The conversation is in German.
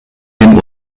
den